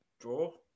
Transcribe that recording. draw